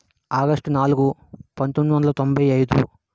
August నాలుగు పంతొమ్మిది వందల తొంభై ఐదు